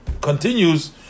continues